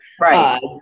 Right